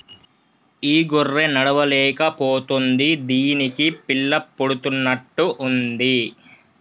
ఈ గొర్రె నడవలేక పోతుంది దీనికి పిల్ల పుడుతున్నట్టు ఉంది